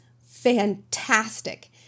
fantastic